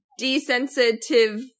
desensitive